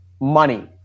money